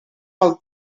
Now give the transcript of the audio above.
pel